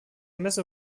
messe